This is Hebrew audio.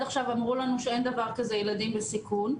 עכשיו אמרו לנו שאין דבר כזה ילדים בסיכון,